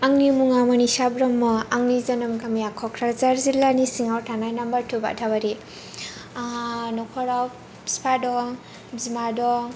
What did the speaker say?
आंनि मुङा मनिसा ब्रह्म आंनि जोनोम गामिया क'क्राझार जिल्लानि सिङाव थानाय नाम्बार टु बाथाबारि आंहा नख'राव फिफा दं बिमा दं